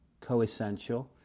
coessential